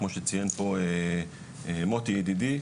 כמו שציין פה מוטי ידידי,